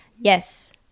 Yes